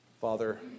Father